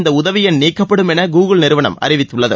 இந்த உதவி எண் நீக்கப்படும் என கூகுள் நிறுவனம் அறிவித்துள்ளது